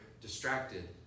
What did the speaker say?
distracted